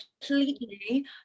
completely